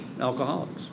alcoholics